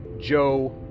Joe